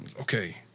okay